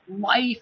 life